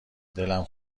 دلم